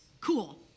Cool